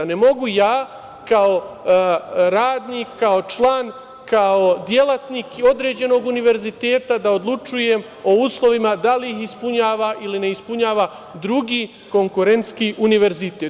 Ne mogu ja kao radnik, kao član, kao delatnik određenog univerziteta da odlučujem o uslovima, da li ih ispunjava ili ne ispunjava drugi konkurentski univerzitet.